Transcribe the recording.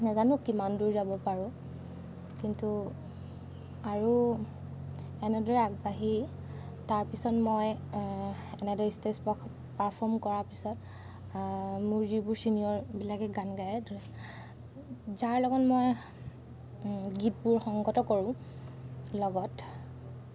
নেজানো কিমান দূৰ যাব পাৰোঁ কিন্তু আৰু এনেদৰে আগবাঢ়ি তাৰপিছত মই এনেদৰে ষ্টেজ পাৰ পাৰফৰ্ম কৰাৰ পিছত মোৰ যিবোৰ ছিনিয়ৰবিলাকে গান গায় যাৰ লগত মই গীতবোৰ সংগত কৰোঁ লগত